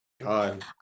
God